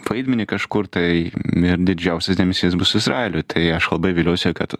vaidmenį kažkur tai ir didžiausias dėmesys bus izraeliui tai aš labai viliuosi kad